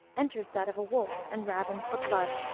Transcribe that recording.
enters that of a wolf and ravens for blood.